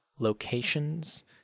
locations